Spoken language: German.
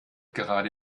gerade